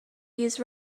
use